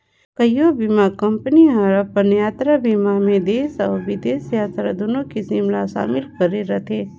कयोठन बीमा कंपनी हर अपन यातरा बीमा मे देस अउ बिदेस यातरा दुनो किसम ला समिल करे रथे